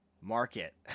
market